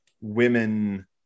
women